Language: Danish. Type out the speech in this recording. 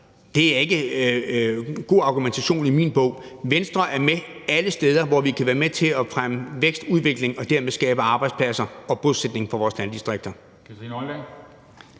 det er ikke god argumentation i min bog. Venstre er med alle steder, hvor vi kan være med til at fremme vækst og udvikling og dermed skabe arbejdspladser og bosætning i vores landdistrikter.